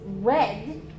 red